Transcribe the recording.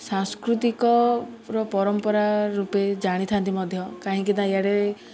ସାଂସ୍କୃତିକର ପରମ୍ପରା ରୂପେ ଜାଣିଥାନ୍ତି ମଧ୍ୟ କାହିଁକିନା ଇଆଡ଼େ